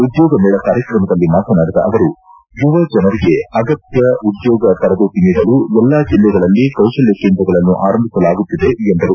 ಉದ್ಯೋಗ ಮೇಳ ಕಾರ್ಯಕ್ರಮದಲ್ಲಿ ಮಾತನಾಡಿದ ಅವರು ಯುವ ಜನರಿಗೆ ಅಗತ್ಯ ಉದ್ಯೋಗ ತರಬೇತಿ ನೀಡಲು ಎಲ್ಲಾ ಜಿಲ್ಲೆಗಳಲ್ಲಿ ಕೌಶಲ್ಯ ಕೇಂದ್ರಗಳನ್ನು ಆರಂಭಿಸಲಾಗುತ್ತಿದ್ದೆ ಎಂದರು